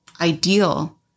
ideal